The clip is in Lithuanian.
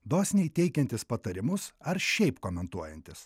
dosniai teikiantys patarimus ar šiaip komentuojantys